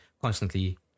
constantly